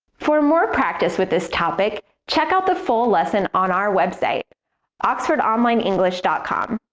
for more practice with this topic, check out the full lesson on our website oxford online english dot com.